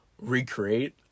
recreate